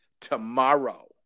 tomorrow